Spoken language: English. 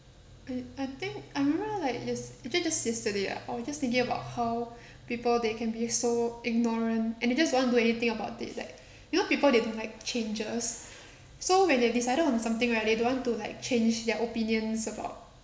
and I think I remember like yes~ actually just yesterday ah I was just thinking about how people they can be so ignorant and they just won't do anything about it like you know people they don't like changes so when they decided on something right they don't want to like change their opinions about